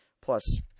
Plus